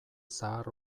zahar